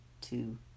two